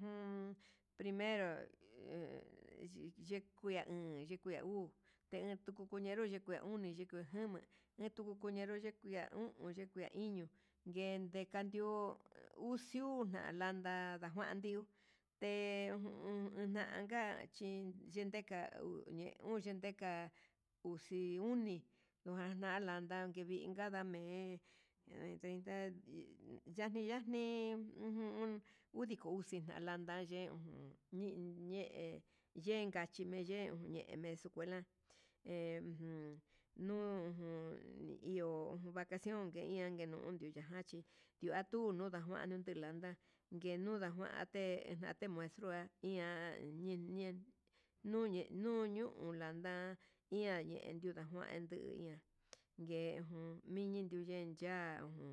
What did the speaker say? jun preme he xhikuian iin yikui uu, te tuku chenro xhikuii uu uni yiku jama etukuñenro xhikuia, u'u yikue iño yekui kandió uxi una landá najuanu te huu undak chin ndeka uñe'e unyenka uxi uni, uanka landa ndevina me'e dejinda hi yaxni yannii uu undiko uxi ya yanda yen uun iinche yenkachi me yen uñe escuela, he ju nu ujun iho vacasion ngue nake nuu nundio yachí yua tuu kulando yulanda nuu ndanguate te muestra ian ñiñe ñude ñunde, nuu ñuu landa iha yee ñunde juan ndio nduuia yen jun mini yuyen ya'a ujun.